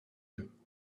you